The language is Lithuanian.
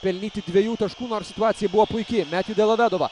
pelnyti dviejų taškų nors situacija buvo puiki metju delovedova